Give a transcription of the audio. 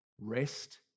Rest